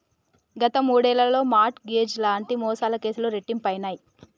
గత మూడేళ్లలో mortgage లాంటి మోసాల కేసులు రెట్టింపయినయ్